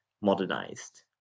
modernized